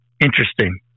interesting